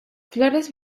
flores